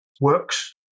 works